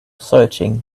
searching